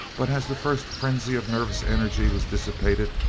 but as the first frenzy of nervous energy was dissipated,